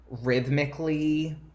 rhythmically